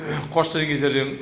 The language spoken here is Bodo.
खस्थट'नि गेजेरजों